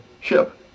ship